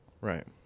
right